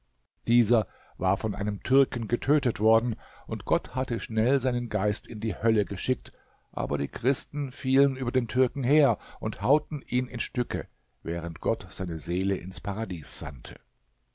dieser war von einem türken getötet worden und gott hatte schnell seinen geist in die hölle geschickt aber die christen fielen über den türken her und hauten ihn in stücke während gott seine seele ins paradies sandte